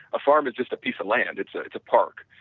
a farm is just a piece of land, it's ah it's a park,